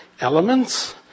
elements –